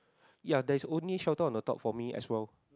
ya there's only shelter on the top for me as well